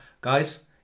guys